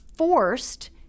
forced